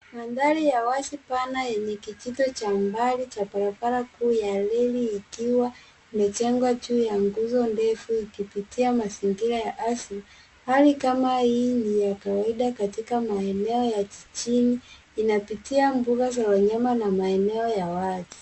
Mandhari ya wazi, pana yenye kijito cha umbali cha barabara kuu ya reli ikiwa imejengwa juu ya nguzo ndefu ikipitia mazingira ya ardhi. Hali kama hii ni ya kawaida katika maeneo ya jijini, inapitia mbuga za wanyama na maeneo ya watu.